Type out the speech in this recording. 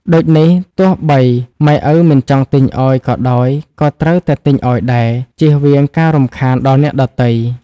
ដូចនេះទោះបីម៉ែឪមិនចង់ទិញឲ្យក៏ដោយក៏ត្រូវតែទិញឲ្យដែរ ជៀសវាងការរំខានដល់អ្នកដទៃ ។